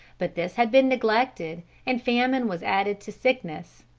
but this had been neglected, and famine was added to sickness,